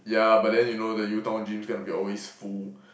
ya but then you know the U-Town gym is gonna be always full